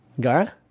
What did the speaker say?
Gara